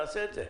תעשה את זה.